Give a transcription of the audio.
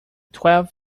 twelve